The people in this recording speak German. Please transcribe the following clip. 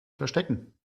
verstecken